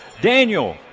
daniel